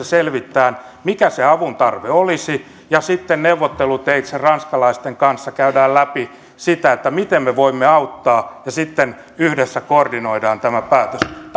selvittää mikä se avuntarve olisi ja sitten neuvotteluteitse ranskalaisten kanssa käydään läpi sitä miten me voimme auttaa ja sitten yhdessä koordinoidaan tämä päätös tämä